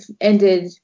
ended